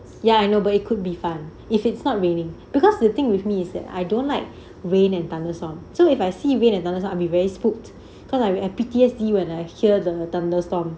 ya I know but it could be fun if it's not raining because the thing with me is that I don't like rain and thunderstorms so if I see rain and thunderstorm so I'll be very spooked cause I I P_T_S_D when I hear the thunder storm